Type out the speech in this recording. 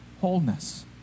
wholeness